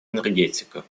энергетика